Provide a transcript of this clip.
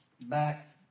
back